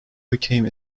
became